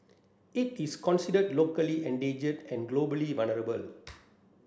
it is considered locally endangered and globally vulnerable